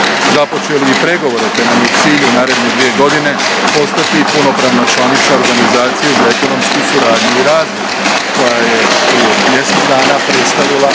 Započeli i pregovore te nam je cilj u naredne dvije godine postati i punopravna članica Organizacije za ekonomsku suradnju i razvoj koja je prije mjesec dana predstavila